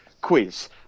quiz